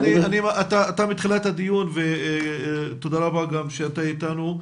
תודה רבה שאתה איתנו.